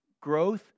Growth